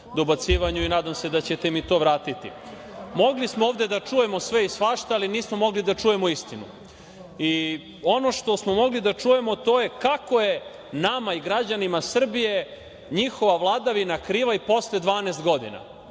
i nadam se da ćete mi to vratiti. Mogli smo ovde da čujemo sve i svašta, ali nismo mogli da čujemo istinu. Ono što smo mogli da čujemo to je kako je nama i građanima Srbije njihova vladavina kriva i posle 12 godina.